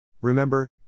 Remember